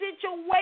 situation